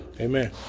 Amen